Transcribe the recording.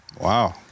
Wow